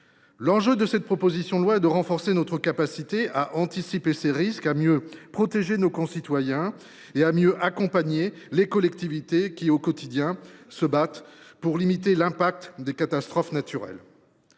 L’enjeu de cette proposition de loi est de renforcer notre capacité à anticiper ces risques, à mieux protéger nos concitoyens et à mieux accompagner les collectivités qui, au quotidien, se battent pour limiter l’impact des catastrophes naturelles.